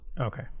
Okay